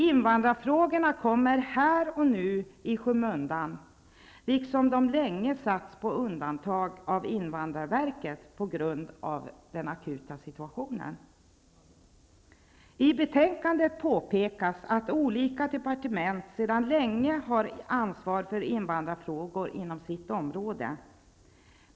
Invandrarfrågorna kommer här och nu i skymundan, liksom de länge satts på undantag hos invandrarverket, på grund av den akuta situationen. I betänkandet påpekas att olika departement sedan länge har ansvar för invandrarfrågor inom sitt område.